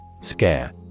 Scare